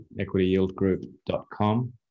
equityyieldgroup.com